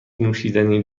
نوشیدنی